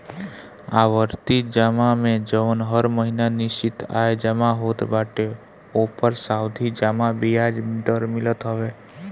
आवर्ती जमा में जवन हर महिना निश्चित आय जमा होत बाटे ओपर सावधि जमा बियाज दर मिलत हवे